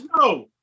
No